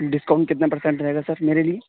discount کتنا percent رہے گا سر میرے لیے